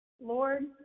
Lord